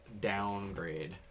downgrade